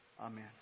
Amen